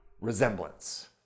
resemblance